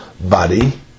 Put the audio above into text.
body